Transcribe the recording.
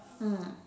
mm